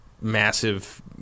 massive